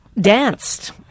danced